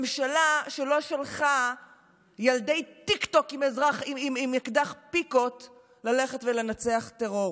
ממשלה שלא שלחה ילדי טיקטוק עם אקדח פיקות ללכת ולנצח טרור.